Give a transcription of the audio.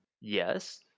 Yes